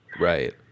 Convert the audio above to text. Right